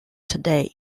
today